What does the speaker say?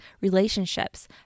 relationships